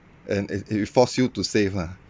and it it force you to save lah